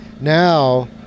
now